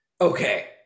okay